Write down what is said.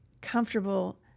comfortable